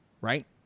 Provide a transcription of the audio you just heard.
Right